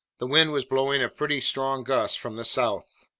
the wind was blowing a pretty strong gust from the south.